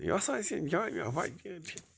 یۄس اَسہِ یہِ جامِع مسجٕد چھِ